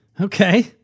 Okay